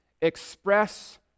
express